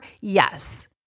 Yes